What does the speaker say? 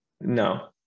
no